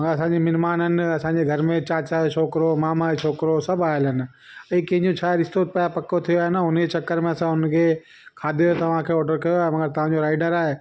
ऐं असांजे मिजमान आहिनि असांजे घर में चाचा जो छोकिरो मामा जो छोकिरो सभु आयल आहिनि ऐं कंहिंजो छा रिश्तो पिया पको थियो आहे न उनजे चक्कर में असां उनखे खाधे जो तव्हांखे ऑडर कयो आहे मगर तव्हांजो राइडर आहे